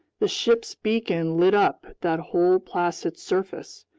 the ship's beacon lit up that whole placid surface,